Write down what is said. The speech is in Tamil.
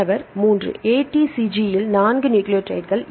மாணவர் 3 ATCG இல் 4 நியூக்ளியோடைடுகள்